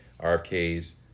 RFK's